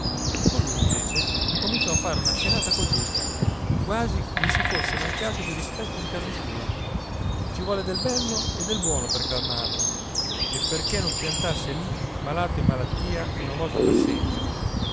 pelle colui invece cominciò a fare una scenata col duca quasi gli si fosse mancato di rispetto in casa sua ci volle del bello e del buono per calmarlo e perché non piantasse lì malato e malattia una volta per sempre